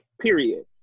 Period